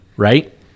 Right